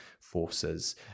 forces